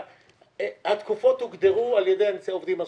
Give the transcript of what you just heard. התקופות הוגדרו על ידי העובדים הסוציאליים,